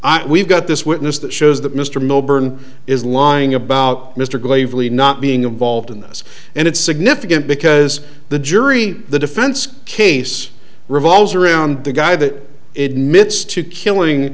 we've got this witness that shows that mr milburn is lying about mr gravely not being involved in this and it's significant because the jury the defense case revolves around the guy that